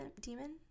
demon